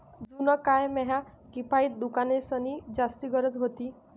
जुना काय म्हा किफायती दुकानेंसनी जास्ती गरज व्हती